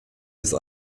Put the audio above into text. ist